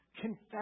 confess